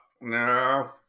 no